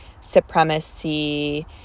supremacy